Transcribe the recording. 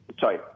Sorry